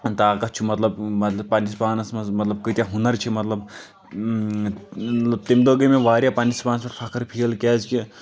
طاقت چھُ مطلب پنٛنِس پانَس منٛز مطلب کۭتِیاہ ہُنَر چھِ مطلب تٔمہِ دۄہ گٔیے مےٚ واریاہ پنٛنِس پانَس پٮ۪ٹھ فَخٕر فیٖل کیازِکہِ